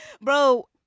bro